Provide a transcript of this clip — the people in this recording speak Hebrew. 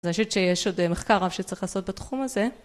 אז אני חושבת שיש עוד מחקר רב שצריך לעשות בתחום הזה